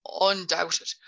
undoubted